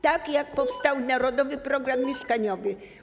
Tak jak powstał Narodowy Program Mieszkaniowy.